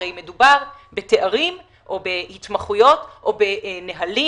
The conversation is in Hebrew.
הרי מדובר בתארים או בהתמחויות או בנהלים